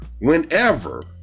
whenever